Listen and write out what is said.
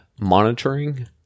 monitoring